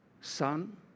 Son